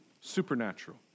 supernatural